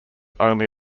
only